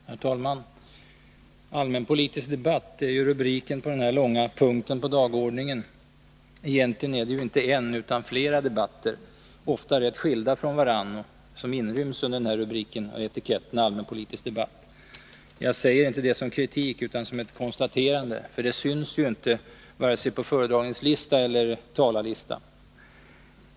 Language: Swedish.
Herr talman! Allmänpolitisk debatt är rubriken på den här långa punkten på dagordningen. Egentligen är det inte en utan flera debatter, ofta rätt skilda från varandra, som inryms under etiketten allmänpolitisk debatt. Jag säger inte detta som kritik utan som ett konstaterande, för det syns inte vare sig på föredragningslista eller på talarlista.